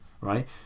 right